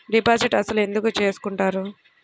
Deposit అసలు ఎందుకు చేసుకుంటారు?